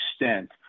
extent